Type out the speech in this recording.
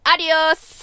Adios